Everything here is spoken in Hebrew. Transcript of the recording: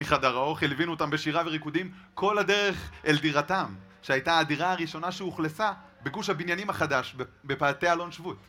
מחדר האוכל ליווינו אותם בשירה וריקודים כל הדרך אל דירתם שהייתה הדירה הראשונה שאוכלסה בגוש הבניינים החדש בפאתי אלון שבות